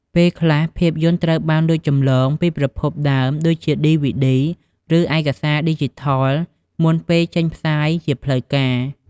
ពេលខ្លះ ភាពយន្តត្រូវបានលួចចម្លងពីប្រភពដើម ដូចជាឌីវីឌី ឬឯកសារឌីជីថលមុនពេលចេញផ្សាយជាផ្លូវការ។